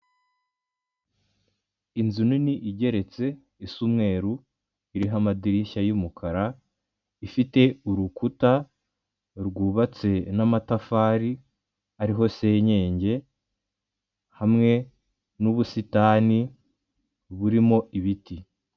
Inzu nini igeretse isa umweru, iriho amadirishya y'umukara, ifite urukuta rwubatse n'amatafari ariho senyenge hamwe n'ubusitani burimo ibiti.